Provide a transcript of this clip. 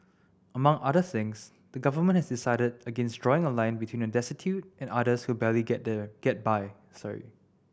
among other things the Government has decided against drawing a line between the destitute and others who barely get there get by sorry